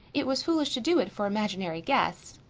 it was foolish to do it for imaginary guests.